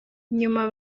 nyuma